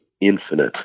Infinite